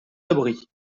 abris